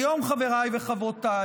כיום, חבריי וחברותיי,